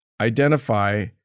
identify